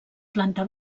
planta